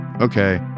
okay